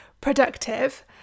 productive